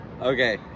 Okay